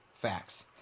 facts